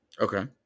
Okay